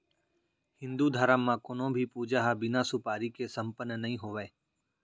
हिन्दू धरम म कोनों भी पूजा ह बिना सुपारी के सम्पन्न नइ होवय